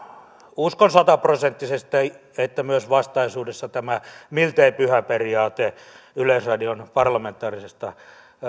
uskon sataprosenttisesti että myös vastaisuudessa tämä miltei pyhä periaate yleisradion parlamentaarisesta